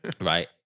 right